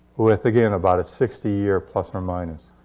with, again, about a sixty year plus or minus.